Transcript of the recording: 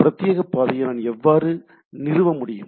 ஒரு பிரத்யேக பாதையை நான் எவ்வாறு நிறுவ முடியும்